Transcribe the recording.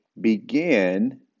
begin